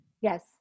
Yes